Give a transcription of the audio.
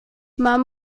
man